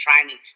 training